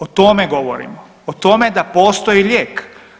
O tome govorimo, o tome da postoji lijek.